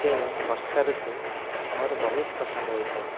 ତେଣୁ ବର୍ଷା ଋତୁ ମୋର ବହୁତ ପସନ୍ଦ ହୋଇଥାଏ